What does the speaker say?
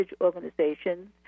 organizations